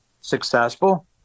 successful